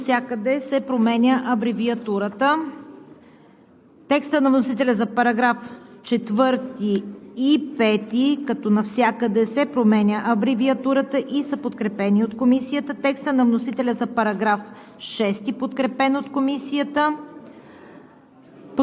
текста на вносителя за § 3, като навсякъде се променя абревиатурата; текста на вносителя за § 4 и § 5, като навсякъде се променя абревиатурата и са подкрепени от Комисията; текста на вносителя за § 6,